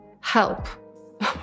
Help